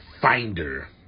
finder